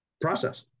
process